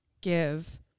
give